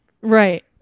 Right